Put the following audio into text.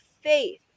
faith